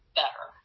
better